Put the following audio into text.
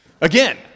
Again